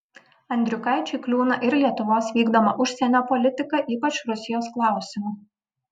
andriukaičiui kliūna ir lietuvos vykdoma užsienio politika ypač rusijos klausimu